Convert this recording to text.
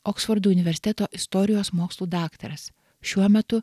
oksfordo universiteto istorijos mokslų daktaras šiuo metu